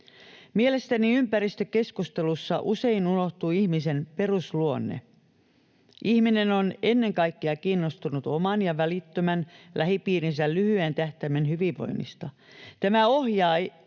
Mielestäni ympäristökeskustelussa usein unohtuu ihmisen perusluonne. Ihminen on ennen kaikkea kiinnostunut oman ja välittömän lähipiirinsä lyhyen tähtäimen hyvinvoinnista. Tämä ohjaa yksittäisten